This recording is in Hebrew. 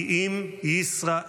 כי אם ישראל",